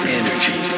energy